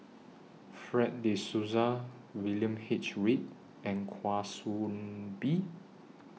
Fred De Souza William H Read and Kwa Soon Bee